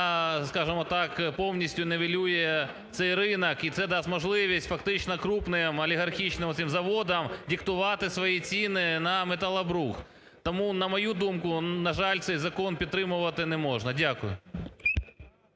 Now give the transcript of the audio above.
повністю нівелює цей ринок. І це дасть можливість фактично крупним олігархічним оцим заводам диктувати свої ціни на металобрухт. Тому, на мою думку, на жаль, цей закон підтримувати не можна. Дякую.